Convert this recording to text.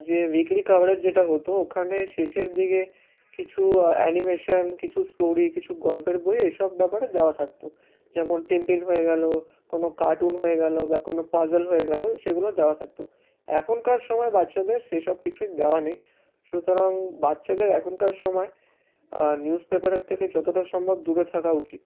যে weekly coverage যেটা হতো ওখানে শেষের দিকে কিছু অ্যানিমেশন কিছু স্টোরি কিছু গল্পের বই এসব ব্যাপারে দেওয়া থাকত যেমন টিনটিন হয়ে গেল কোনো কার্টুন হয়ে গেল বা কোনো পাজল হয়ে গেল সেগুলো দেওয়া থাকত এখনকার সময় বাচ্চাদের সেসব কিছুই দেওয়া নেই সুতরাং বাচ্চাদের এখনকার সময় নিউজ পেপারের থেকে যতটা সম্ভব দূরে থাকা উচিত